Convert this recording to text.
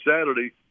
Saturday